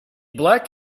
black